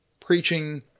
preaching